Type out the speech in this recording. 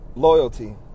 Loyalty